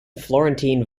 florentine